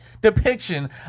depiction